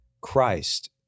Christ